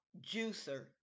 juicer